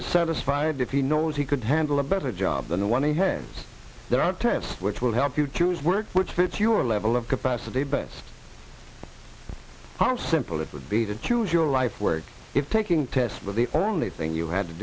dissatisfied if he knows he could handle a better job than the one he hands there are tests which will help you choose work which fits your level of capacity best how simple it would be to choose your life work if taking tests but the only thing you had to